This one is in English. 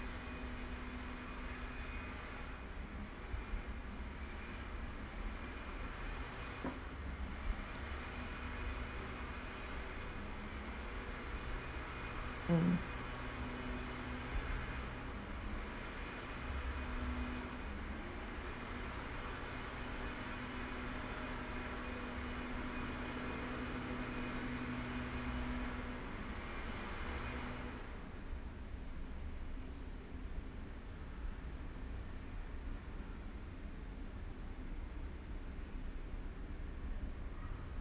mm